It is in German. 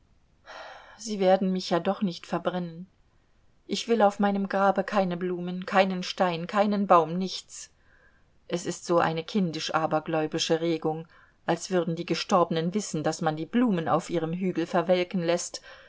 sie werden mich ja doch nicht verbrennen ich will auf meinem grabe keine blumen keinen stein keinen baum nichts es ist so eine kindisch abergläubische regung als würden die gestorbenen wissen daß man die blumen auf ihrem hügel verwelken läßt